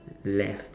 left